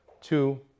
two